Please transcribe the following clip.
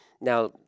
Now